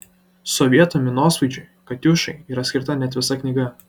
sovietų minosvaidžiui katiušai yra skirta net visa knyga